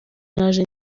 naje